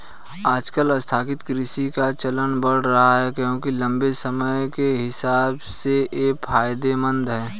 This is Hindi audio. आजकल स्थायी कृषि का चलन बढ़ रहा है क्योंकि लम्बे समय के हिसाब से ये फायदेमंद है